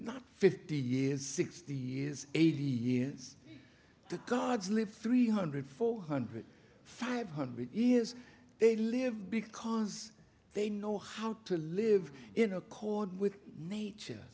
not fifty years sixty years eighty years the gods live three hundred four hundred five hundred years they live because they know how to live in accord with nature